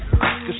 Cause